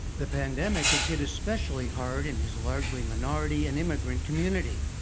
the pandemic has hit especially hard in his largely minority and immigrant community,